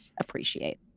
appreciate